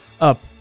up